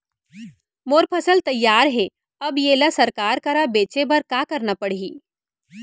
मोर फसल तैयार हे अब येला सरकार करा बेचे बर का करना पड़ही?